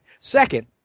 Second